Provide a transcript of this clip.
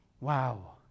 Wow